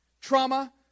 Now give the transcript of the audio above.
trauma